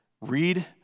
Read